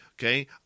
okay